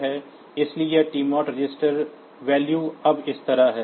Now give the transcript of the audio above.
इसलिए यह TMOD register value अब इस तरह है